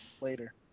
Later